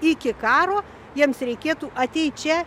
iki karo jiems reikėtų ateit čia